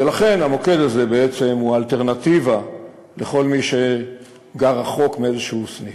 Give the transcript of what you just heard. ולכן המוקד הזה הוא בעצם אלטרנטיבה לכל מי שגר רחוק מאיזשהו סניף.